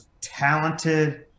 talented